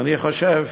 ואני חושב